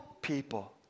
people